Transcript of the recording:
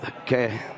Okay